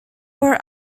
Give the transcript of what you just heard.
were